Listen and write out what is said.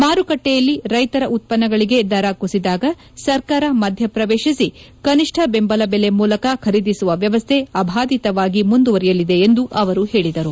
ಮಾರುಕಟ್ಟೆಯಲ್ಲಿ ರೈತರ ಉತ್ವನ್ನಗಳಿಗೆ ದರ ಕುಸಿದಾಗ ಸರ್ಕಾರ ಮಧ್ಯ ಪ್ರವೇಶಿಸಿ ಕನಿಷ್ಠ ಬೆಂಬಲ ಬೆಲೆ ಮೂಲಕ ಖರೀದಿಸುವ ವ್ಯವಸ್ಥೆ ಅಭಾದಿತವಾಗಿ ಮುಂದುವರಿಯಲಿದೆ ಎಂದು ಅವರು ಹೇಳಿದರು